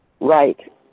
right